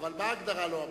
אבל מה ההגדרה לא אמרת.